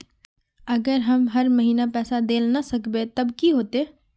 अगर हम हर महीना पैसा देल ला न सकवे तब की होते?